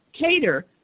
cater